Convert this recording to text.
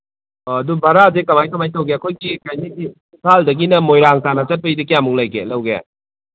ꯑꯣ ꯑꯗꯨ ꯚꯔꯥꯁꯦ ꯀꯃꯥꯏꯅ ꯀꯃꯥꯏꯅ ꯇꯧꯒꯦ ꯑꯩꯈꯣꯏꯒꯤ ꯏꯝꯐꯥꯜꯗꯒꯤꯅ ꯃꯣꯏꯔꯥꯡ ꯇꯥꯟꯅ ꯆꯠꯄꯩꯗꯤ ꯀꯌꯥꯃꯨꯛ ꯂꯩꯒꯦ ꯂꯧꯒꯦ